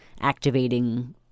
activating